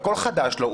הכול חדש לו,